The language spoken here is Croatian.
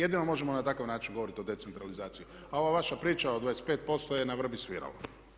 Jedino možemo na takav način govoriti o decentralizaciji, a ova vaša priča o 25% je na vrbi svirala.